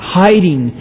hiding